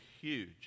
huge